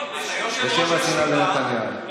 בשם השנאה לנתניהו.